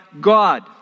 God